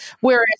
Whereas